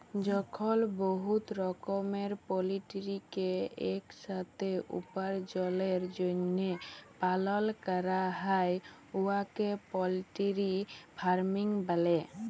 যখল বহুত রকমের পলটিরিকে ইকসাথে উপার্জলের জ্যনহে পালল ক্যরা হ্যয় উয়াকে পলটিরি ফার্মিং ব্যলে